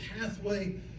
pathway